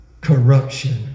Corruption